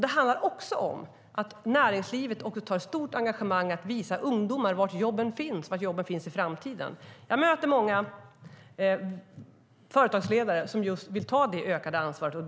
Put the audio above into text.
Det handlar också om att näringslivet tar ett stort engagemang för att visa ungdomar var jobben finns nu och i framtiden. Jag möter många företagsledare som vill ta det ökade ansvaret.